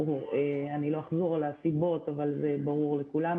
אני לא אחזור על הסיבות, אבל זה ברור לכולנו.